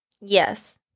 Yes